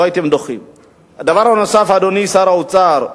דבר נוסף, שר האוצר,